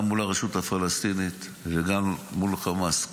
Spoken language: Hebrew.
גם מול הרשות הפלסטינית וגם מול חמאס.